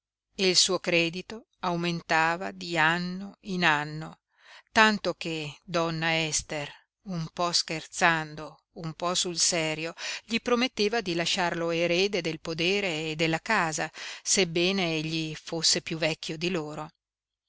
il suo credito aumentava di anno in anno tanto che donna ester un po scherzando un po sul serio gli prometteva di lasciarlo erede del podere e della casa sebbene egli fosse piú vecchio di loro